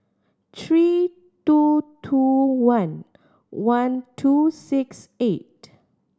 three two two one one two six eight